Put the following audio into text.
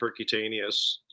percutaneous